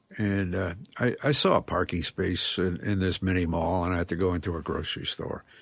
and i saw a parking space and in this mini mall and i had to go into a grocery store.